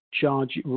charge